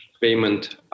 payment